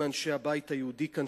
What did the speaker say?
אולי חוץ מאנשי הבית היהודי כאן,